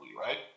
right